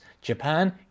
Japan